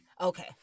okay